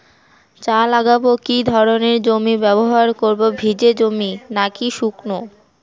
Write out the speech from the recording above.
চা লাগাবো কি ধরনের জমি ব্যবহার করব ভিজে জমি নাকি শুকনো?